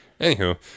Anywho